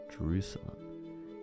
Jerusalem